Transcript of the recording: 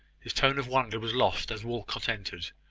his tone of wonder was lost as walcot entered,